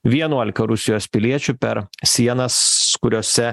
vienuolika rusijos piliečių per sienas kuriose